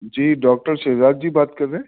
جی doctor Shahzad ji بات کر رہے ہیں